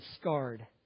scarred